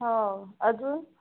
हो अजून